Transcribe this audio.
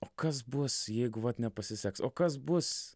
o kas bus jeigu vat nepasiseks o kas bus